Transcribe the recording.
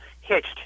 hitched